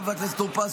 חבר הכנסת טור פז,